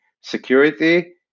security